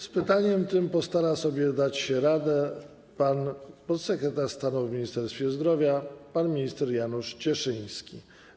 Z pytaniem tym postara się dać sobie radę podsekretarz stanu w Ministerstwie Zdrowia pan minister Janusz Cieszyński.